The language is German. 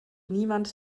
niemand